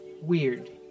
weird